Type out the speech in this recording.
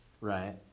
Right